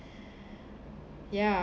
ya